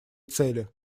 цели